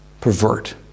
Pervert